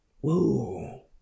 Whoa